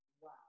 Wow